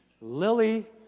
Lily